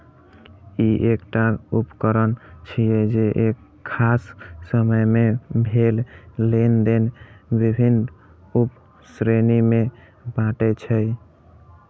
ई एकटा उकरण छियै, जे एक खास समय मे भेल लेनेदेन विभिन्न उप श्रेणी मे बांटै छै